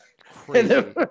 Crazy